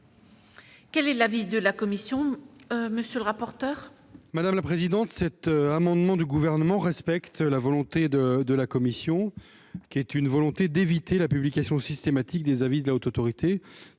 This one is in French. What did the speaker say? Quel est l'avis de la commission ?